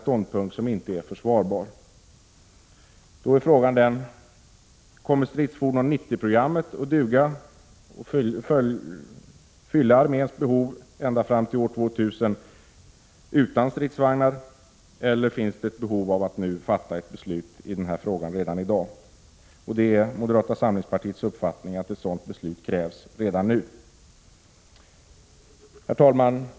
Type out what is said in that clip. Då blir frågan: Kommer stridsfordon 90-programmet att kunna fylla arméns behov ända fram till år 2000 utan stridsvagnar, eller finns det ett behov av att fatta — Prot. 1986/87:133 ett beslut i denna fråga redan i dag? Det är moderata samlingspartiets 1 juni 1987 uppfattning att ett sådant beslut krävs redan nu. Herr talman!